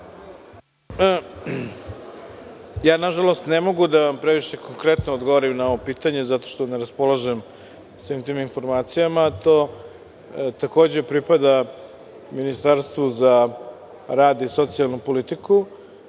Nažalost, ne mogu da vam previše konkretno odgovorim na ovo pitanje zato što ne raspolažem svim tim informacijama. To takođe pripada Ministarstvu za rad i socijalnu politiku.